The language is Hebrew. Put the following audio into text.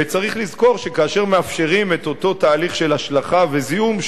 וצריך לזכור שכאשר מאפשרים את אותו תהליך של השלכה וזיהום,